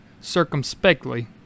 circumspectly